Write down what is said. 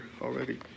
already